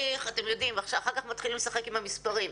יודעים שאחר כך מתחילים לשחק עם המספרים.